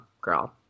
girl